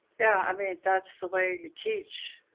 yeah. i mean, that's the way you teach.